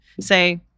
say